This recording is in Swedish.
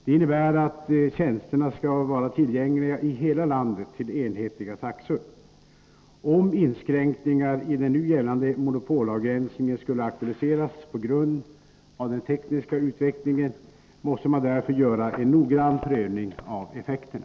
Det innebär att tjänsterna skall vara tillgängliga i hela landet till enhetliga taxor. Om inskränkningar i den nu gällande monopolavgränsningen skulle aktualiseras på grund av den tekniska utvecklingen måste man därför göra en noggrann prövning av effekterna.